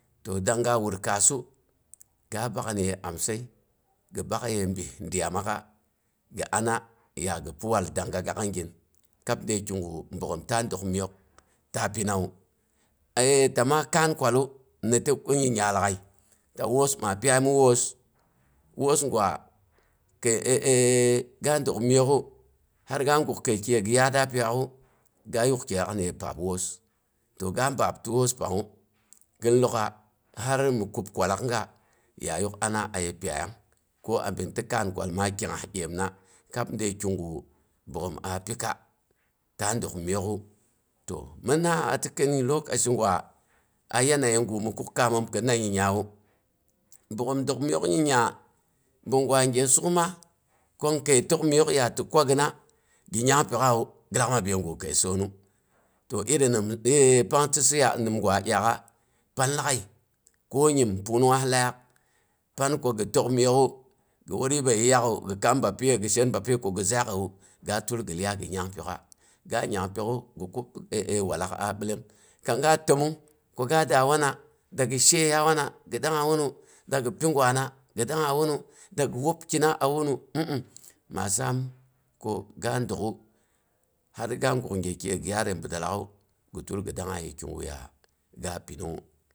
To dangnga wur kaasu, ga bak niye amsai, gi bakye biss dyaamaak'a gi ana ya gi pi wal dangga gaak'a migin. Ni kigu bogghom la dək miok, ta pinnawu tama kaan ti kwallu, niti pang nyingnya lag'ai, ta woos maa pyai mi woos. woos gwa kəi ga dək miok'u, har ga guk kəi kiye gi yaatra pyok'aaku, gayuk kyaak niye paab woos. to ga baab ti woos pangnga, gin lok'a har yam kub, kwalaak'aga. yayak ana aye pyaiyang ko abin ti kaan kwal ma kyangngas dyeemna, kab nde kiga bogghom a pika ta dək miok'u. To minna ati kin lokaci gwa, a yanayi gu mi kuk kaamom kirina nyingnyawu, bogghom dək miok nyingnya, bung gwa gye suk ma ko ni kəi tək miok, yatɨ kwagina gi nyangpok'awu gi lak mab yegu kəi soonu. To iri nimsa, pangti siya, nimgwa dyaak'u pan lag'ai, ko nyim pungnung ngas laak, pan ko gi tək miok'u, gi wur yibəi yiiyaak'u gi kam bapyiye, gi shen bapyiye ko gi zaak'əiwu, ga tul gi lyai gi nyang pyok'a ga nyangpyok'u, gi kub wallaak a bilom. kang ga təmong, ko ga daa wana, dagi sheyeya wana gi dangnga a wunu dagi pi gwana, gi dangnga wuna dagi wob kina a wunu um um, ma saam ko ga dək'u, har ga guk gyekiya gi yaar a de bidəlaaku, gi tul gi dangnga ye kiguya ga pi